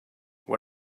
what